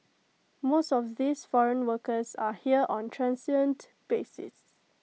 most of these foreign workers are here on A transient basis